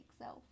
self